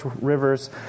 rivers